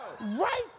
Right